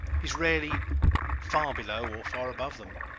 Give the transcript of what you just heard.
he is rarely far below or far above them.